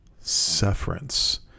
sufferance